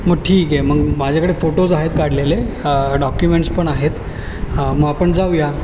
मग ठीक आहे मग माझ्याकडे फोटोज आहेत काढलेले डॉक्युमेंट्स पण आहेत मग आपण जाऊया